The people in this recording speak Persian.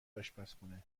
اشپزخونه